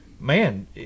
man